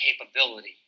capability